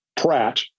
Pratt